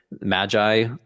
magi